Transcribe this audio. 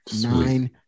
nine